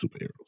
superheroes